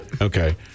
Okay